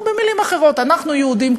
במילים אחרות: אנחנו יהודים,